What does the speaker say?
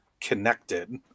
connected